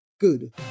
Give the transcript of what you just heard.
good